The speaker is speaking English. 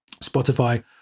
spotify